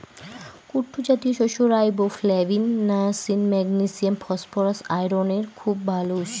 কুট্টু জাতীয় শস্য riboflavin, niacin, magnesium, phosphorus, আয়রনের খুব ভাল উৎস